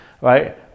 right